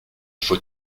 faut